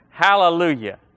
Hallelujah